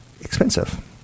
expensive